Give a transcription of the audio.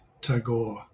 Tagore